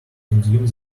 consume